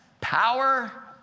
Power